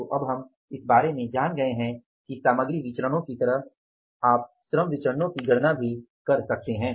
तो अब हम इस बारे में जान गए है कि सामग्री विचरणो की तरह आप श्रम विचरणो की गणना भी कर सकते हैं